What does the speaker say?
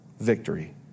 victory